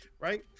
right